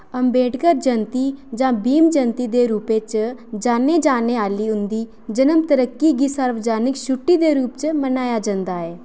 अम्बेडकर जयंती जां बीम जयंती दे रपेऽ च जान्नी जाने आह्ली उं'दी जनम तरीका गी सार्वजनक छुट्टी दे रूप च मनाया जंदा ऐ